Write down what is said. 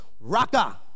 raka